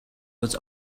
was